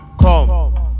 Come